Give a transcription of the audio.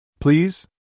Please